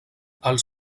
els